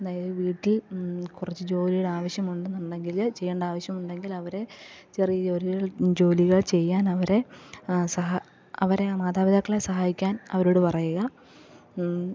അതായത് വീട്ടിൽ കുറച്ച് ജോലിയുടെ ആവശ്യമുണ്ടെന്നുണ്ടെങ്കിൽ ചെയ്യേണ്ട ആവശ്യമുണ്ടെങ്കിൽ അവരെ ചെറിയ ജോലികൾ ജോലികൾ ചെയ്യാനവരെ സഹായം അവരെ ആ മാതാപിതാക്കളെ സഹായിക്കാൻ അവരോട് പറയുക